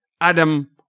Adam